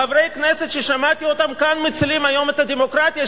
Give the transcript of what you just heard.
חברי כנסת ששמעתי אותם כאן מצילים היום את הדמוקרטיה,